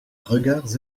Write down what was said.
regards